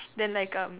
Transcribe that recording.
then like erm